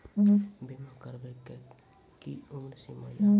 बीमा करबे के कि उम्र सीमा या?